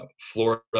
Florida